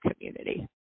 community